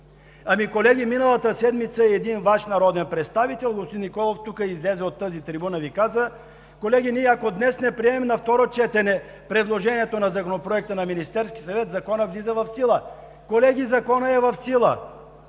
ли?! Колеги, миналата седмица Ваш народен представител, господин Николов, излезе на тази трибуна и Ви каза: „Колеги, ако днес не приемем на второ четене предложението на Законопроекта на Министерския съвет, Законът влиза в сила.“ Колеги, Законът е в сила.